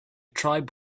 tribe